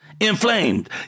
Inflamed